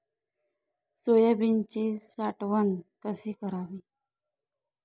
सोयाबीनची साठवण कशी करावी?